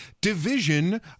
division